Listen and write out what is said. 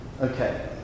Okay